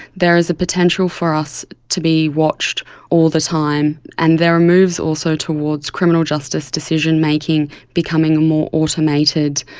there is a potential for us to be watched all the time, and there are moves also towards criminal justice decision-making becoming more automated.